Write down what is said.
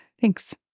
Thanks